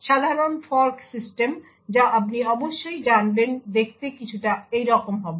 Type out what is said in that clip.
সাধারণ fork system যা আপনি অবশ্যই জানবেন দেখতে কিছুটা এইরকম হবে